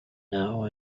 now